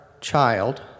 child